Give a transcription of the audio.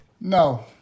No